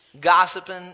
gossiping